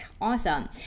Awesome